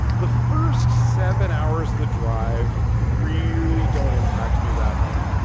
the first seven hours of the drive really don't impact me that hard.